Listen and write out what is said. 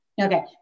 Okay